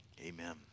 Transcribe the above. Amen